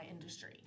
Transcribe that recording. industry